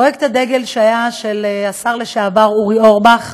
פרויקט הדגל שהיה של השר לשעבר אורי אורבך,